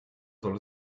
soll